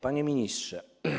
Panie Ministrze!